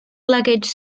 luggage